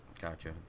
Gotcha